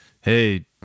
hey